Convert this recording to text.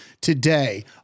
today